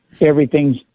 everything's